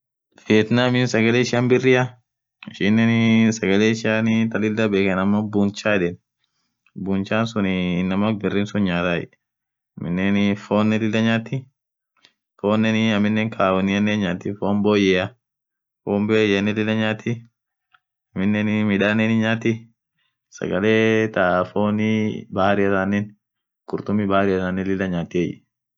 Vietnam sagale ishian birria ishinen sagale ishi thaa lila bekhenu ammo buncher yedheni buncher suun inamaa brir suun nyathaa aminen fonn lila nyati foninen aminen kaaa wonia nyathi fonn boyyea fonn boyen hinyathi aminen midhane hinyathi sagale thaa fonn bahari tanen khurtummi bahari than lila nyatiyee